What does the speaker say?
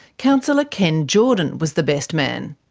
councillor ken jordan was the best man.